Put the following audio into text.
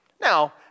Now